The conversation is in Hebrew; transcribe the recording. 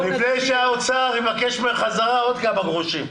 לפני שהאוצר יבקש ממך בחזרה עוד כמה גרושים.